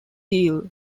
deal